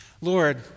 Lord